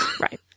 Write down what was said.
Right